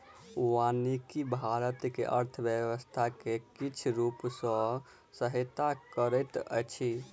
वानिकी भारत के अर्थव्यवस्था के किछ रूप सॅ सहायता करैत अछि